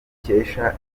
dukesha